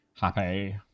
Happy